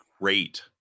great